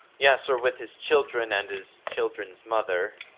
yes or with his children and his children's mother.